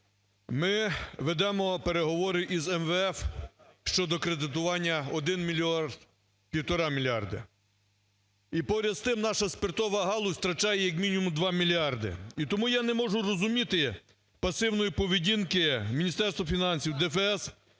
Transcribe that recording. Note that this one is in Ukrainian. Ми ведемо переговори з МВФ щодо кредитування в 1 мільярд, півтора мільярда. І, поряд з тим, наша спиртова галузь втрачає як мінімум 2 мільярди. І тому я не можу розуміти пасивної поведінки Міністерства фінансів, ДФС